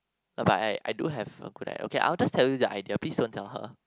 oh but I I do have a good i~ okay I will just tell you the idea please don't tell her